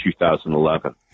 2011